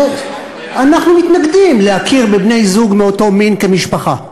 אנחנו מתנגדים להכרה בבני-זוג מאותו מין כמשפחה.